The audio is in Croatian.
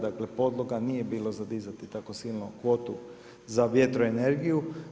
Dakle, podloga nije bilo za dizati tako silno kvotu za vjetro energiju.